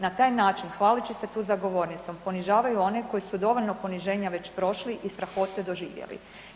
Na taj način hvaleći se tu za govornicom ponižavaju one koji su dovoljno poniženja već prošli i strahote doživjeli.